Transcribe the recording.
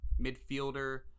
midfielder